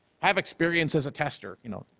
have experience as a tester, you know,